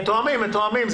מתואמים, מתואמים.